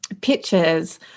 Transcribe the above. pictures